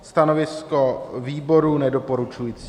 Stanovisko výboru: nedoporučující.